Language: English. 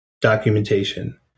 documentation